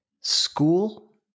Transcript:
school